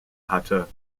hatte